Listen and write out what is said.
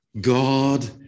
God